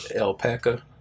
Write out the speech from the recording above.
Alpaca